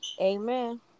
amen